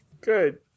Good